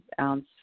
ounce